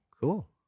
cool